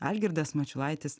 algirdas mačiulaitis